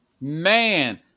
Man